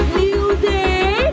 music